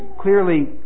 clearly